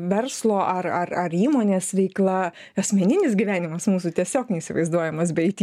verslo ar ar įmonės veikla asmeninis gyvenimas mūsų tiesiog neįsivaizduojamas be it